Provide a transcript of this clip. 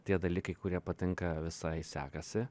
tie dalykai kurie patinka visai sekasi